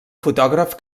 fotògraf